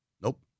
Nope